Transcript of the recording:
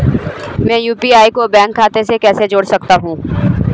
मैं यू.पी.आई को बैंक खाते से कैसे जोड़ सकता हूँ?